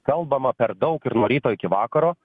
kalbama per daug ir nuo ryto iki vakaro